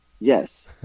Yes